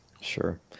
Sure